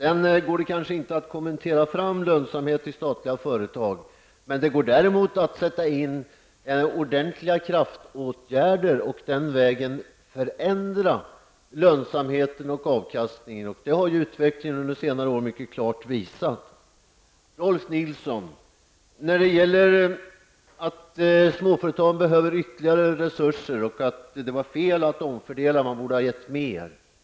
Sedan går det kanske inte att kommendera fram lönsamhet i statliga företag, men det går däremot att sätta in ordentliga kraftåtgärder och den vägen förändra lönsamheten och avkastningen. Det har utvecklingen under senare år mycket klart visat. Rolf L Nilson sade att småföretagen behöver ytterligare resurser, att det var fel att omfördela resurserna och att man borde ha givit mer.